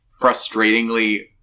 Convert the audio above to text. frustratingly